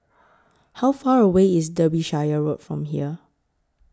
How Far away IS Derbyshire Road from here